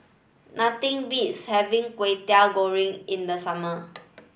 nothing beats having Kway Teow Goreng in the summer